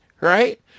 right